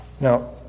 Now